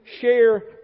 share